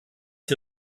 die